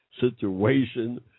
Situation